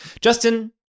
Justin